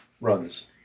runs